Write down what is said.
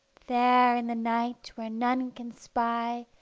there, in the night, where none can spy,